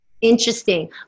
Interesting